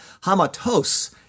Hamatos